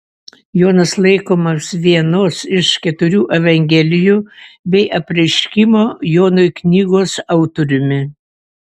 jonas laikomas vienos iš keturių evangelijų bei apreiškimo jonui knygos autoriumi